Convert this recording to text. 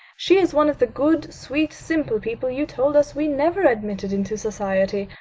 she is one of the good, sweet, simple people you told us we never admitted into society.